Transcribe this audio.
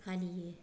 फालियो